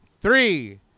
three